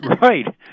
Right